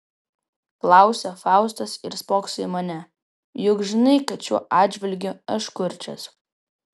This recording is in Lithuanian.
klausia faustas ir spokso į mane juk žinai kad šiuo atžvilgiu aš kurčias